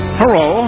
hello